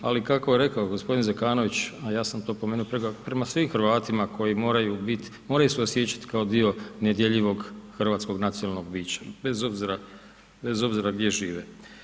Ali kako je rekao g. Zekanović a ja sam to napomenuo, prema svim Hrvatima koji moraju biti, moraju se osjećati kao dio nedjeljivog hrvatskog nacionalnog bića bez obzira gdje žive.